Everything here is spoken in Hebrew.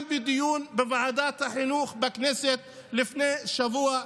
בדיון בוועדת החינוך בכנסת לפני שבוע,